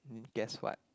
guess what